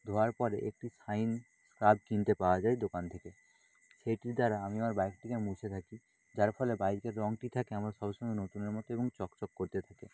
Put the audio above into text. ধোয়ার পরে একটি শাইন স্ক্রাব কিনতে পাওয়া যায় দোকান থেকে সেইটির দ্বারা আমি আমার বাইকটিকে মুছে থাকি যার ফলে বাইকের রঙটি থাকে আমার সবসময় নতুনের মতো এবং চকচক করতে থাকে